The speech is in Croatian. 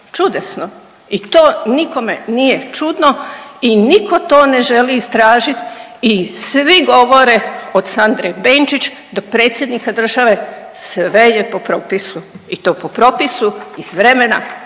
čudesno i to nikome nije čudno i nitko to ne želi istražiti i svi govore od Sandre Benčić do predsjednika države sve je po propisu i to po propisu iz vremena